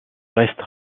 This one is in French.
reste